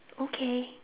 okay